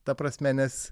ta prasme nes